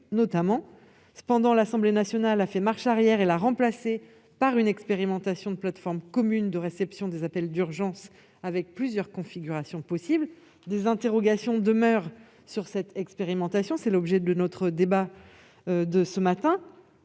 notamment. Cependant l'Assemblée nationale a fait marche arrière et a remplacé ce dispositif par une expérimentation de plateforme commune de réception des appels d'urgence, avec plusieurs configurations possibles. Des interrogations demeurent quant à cette expérimentation, laquelle se ferait au niveau